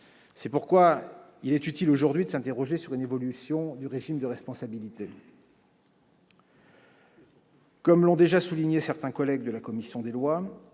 C'est pourquoi il est utile aujourd'hui de s'interroger sur une évolution du régime de responsabilité. Comme l'ont déjà souligné certains membres de la commission des lois,